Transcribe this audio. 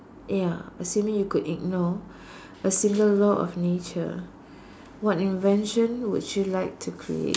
ya assuming you could ignore a single law of nature what invention would you like to create